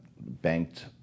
banked